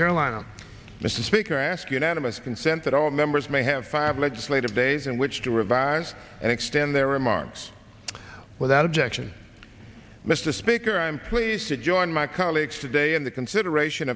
carolina mr speaker i ask unanimous consent that all members may have five legislative days in which to revise and extend their remarks without objection mr speaker i'm pleased to join my colleagues today in the consideration